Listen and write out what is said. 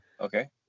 Okay